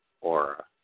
aura